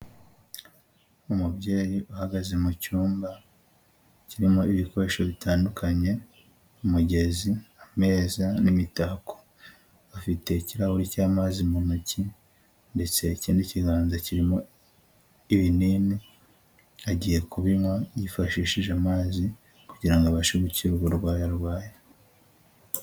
Umubyeyi uhagaze mu cyumba, kirimo ibikoresho bitandukanye, umugezi, ameza n'imitako. afite ikirahuri cy'amazi mu ntoki ndetse ikindi kiganza kirimo ibinini, agiye kubinywa yifashishije amazi kugira ngo abashe gukira uburwayi arwaye.